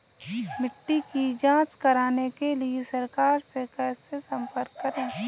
मिट्टी की जांच कराने के लिए सरकार से कैसे संपर्क करें?